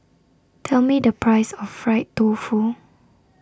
Tell Me The Price of Fried Tofu